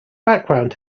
background